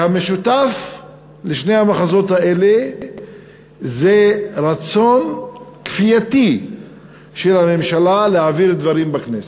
והמשותף לשני המחזות האלה זה רצון כפייתי של הממשלה להעביר דברים בכנסת.